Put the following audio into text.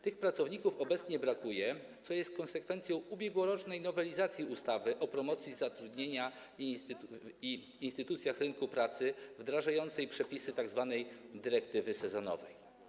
Tych pracowników obecnie brakuje, co jest konsekwencją ubiegłorocznej nowelizacji ustawy o promocji zatrudnienia i instytucjach rynku pracy wdrażającej przepisy tzw. dyrektywy sezonowej.